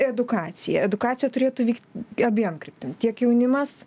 edukacija edukacija turėtų vykt abiem kryptim tiek jaunimas